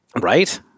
Right